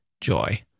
joy